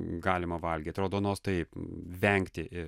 galima valgyt raudonos taip vengti